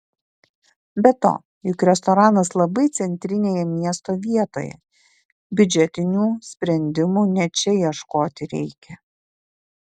be to juk restoranas labai centrinėje miesto vietoje biudžetinių sprendimų ne čia ieškoti reikia